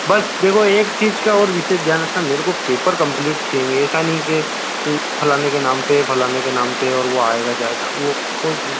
बस देखो एक चीज़ का और विशेष ध्यान रखना मेरे को पेपर कम्प्लीट चहिएँगे ऐसा नहीं कि फलाने के नाम पर फलाने के नाम पर है और वह आयेगा जाएगा वह